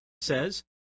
says